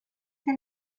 que